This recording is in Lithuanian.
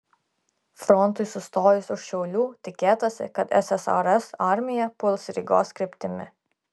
frontui sustojus už šiaulių tikėtasi kad ssrs armija puls rygos kryptimi